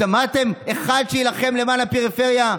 שמעתם אחד שיילחם למען הפריפריה?